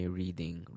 reading